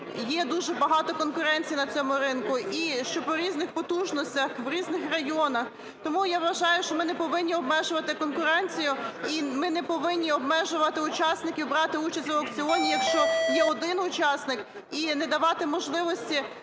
є дуже багато конкуренції на цьому ринку і що по різних потужностях в різних районах. Тому я вважаю, що ми не повинні обмежувати конкуренцію, і ми не повинні обмежувати учасників брати участь в аукціоні, якщо є один учасник, і не давати можливості